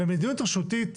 ומדיניות רשותית,